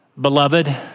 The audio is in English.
Beloved